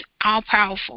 all-powerful